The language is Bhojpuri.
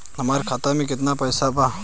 हमार खाता मे केतना पैसा बा?